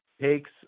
takes